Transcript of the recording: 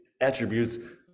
attributes